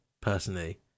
personally